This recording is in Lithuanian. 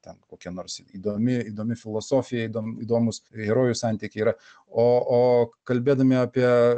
ten kokia nors įdomi įdomi filosofija įdom įdomūs herojų santykiai yra o o kalbėdami apie